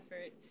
effort